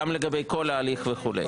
גם לגבי ההליך כולו וכולי.